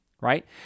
Right